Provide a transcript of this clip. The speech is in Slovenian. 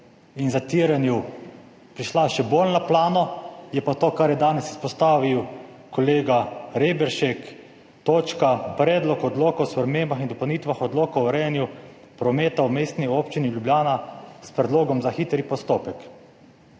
in zatiranju prišla še bolj na plano, je pa to, kar je danes izpostavil kolega Reberšek, točka Predlog odloka o spremembah in dopolnitvah odloka o urejanju prometa v Mestni občini Ljubljana s predlogom za hitri postopek.